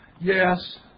yes